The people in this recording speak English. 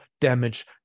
damage